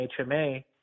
HMA